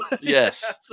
Yes